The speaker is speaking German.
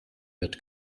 wird